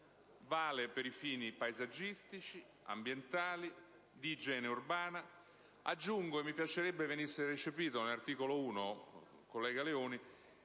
vale per i fini paesaggistici, ambientali e di igiene urbana, ma aggiungo che mi piacerebbe venisse recepita all'articolo 1, collega Leoni,